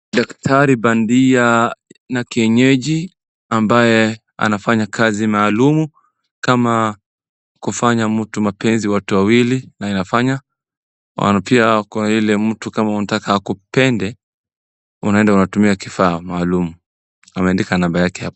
daktari baandia na kienyeji ambaye anafanya kazi maalumu ama kufanya mtu mapenzi watu wawili na inafanya na pia yule mtu unataka akupende unaenda unatumia kifaa maalum ,ameandika namba yake hapo